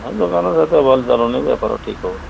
ଆଉ ଦୋକାନ ସେ ତ ଭଲ ଚାଲୁନି ବେପାର ଠିକ୍ ହେଉନି